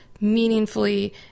meaningfully